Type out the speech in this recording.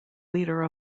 leader